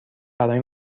برای